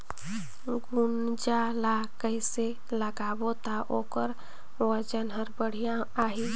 गुनजा ला कइसे लगाबो ता ओकर वजन हर बेडिया आही?